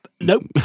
nope